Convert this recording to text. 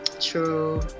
true